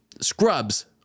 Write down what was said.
Scrubs